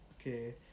Okay